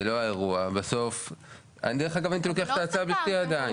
דרך אגב, הייתי לוקח את ההצעה הזאת בשתי ידיים.